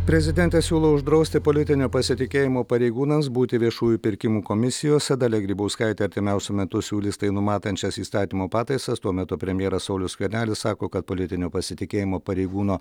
prezidentė siūlo uždrausti politinio pasitikėjimo pareigūnams būti viešųjų pirkimų komisijose dalia grybauskaitė artimiausiu metu siūlys tai numatančias įstatymo pataisas tuo metu premjeras saulius skvernelis sako kad politinio pasitikėjimo pareigūno